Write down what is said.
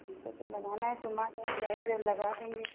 हमको तो लगाना है तुम आ जाओ चाहे जब लगा देंगे